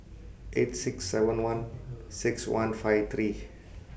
eight six seven one six one five three